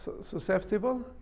susceptible